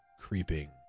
creeping